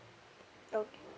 okay